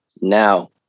now